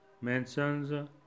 mansions